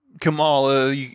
Kamala